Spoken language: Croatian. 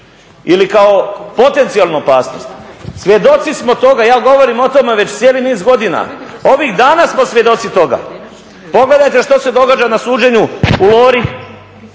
ili kao potencijalnu opasnost, svjedoci smo toga, ja govorim o tome već cijeli niz godina, ovih dana smo svjedoci toga. Pogledajte što se događa na suđenju u Lori,